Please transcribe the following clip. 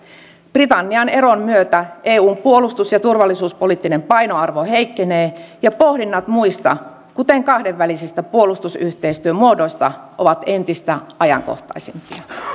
britannian eron myötä eun puolustus ja turvallisuuspoliittinen painoarvo heikkenee ja pohdinnat muista kuten kahden välisistä puolustusyhteistyönmuodoista ovat entistä ajankohtaisempia